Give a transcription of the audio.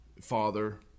father